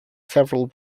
several